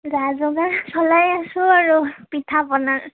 যা যোগাৰ চলাই আছোঁ আৰু পিঠা পনাৰ